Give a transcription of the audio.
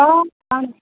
অঁ